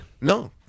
No